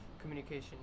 communication